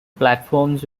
platforms